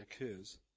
occurs